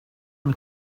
him